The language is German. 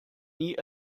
nie